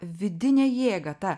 vidinę jėgą tą